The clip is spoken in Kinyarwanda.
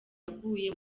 yaguye